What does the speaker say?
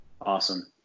Awesome